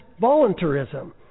voluntarism